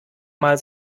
mal